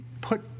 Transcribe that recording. put